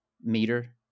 meter